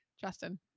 Justin